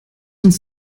uns